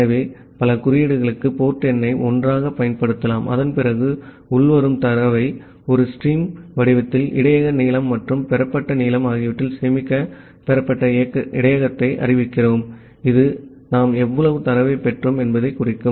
ஆகவே பல குறியீடுகளுக்கு போர்ட் எண்ணை ஒன்றாகப் பயன்படுத்தலாம் அதன்பிறகு உள்வரும் தரவை ஒரு ஸ்ட்ரீம் வடிவத்தில் இடையக நீளம் மற்றும் பெறப்பட்ட நீளம் ஆகியவற்றில் சேமிக்க பெறப்பட்ட இடையகத்தை அறிவிக்கிறோம் இது நாம் எவ்வளவு தரவைப் பெற்றோம் என்பதைக் குறிக்கும்